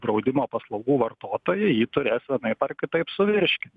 draudimo paslaugų vartotojai jį turės vienaip ar kitaip suvirškinti